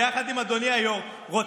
ביחד עם אדוני היו"ר.